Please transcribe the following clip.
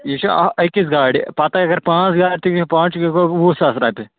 یہِ چھِ آ أکِس گاڑِ پَتَے اَگر پانٛژھ گاڑِ تہِ نِیِو پانٛژھ چُکے گوٚو وُہ ساس رۄپیہِ